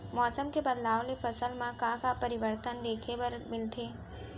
मौसम के बदलाव ले फसल मा का का परिवर्तन देखे बर मिलथे?